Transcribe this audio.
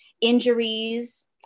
injuries